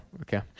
okay